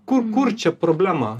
ku kur čia problema